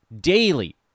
daily